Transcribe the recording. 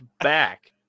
back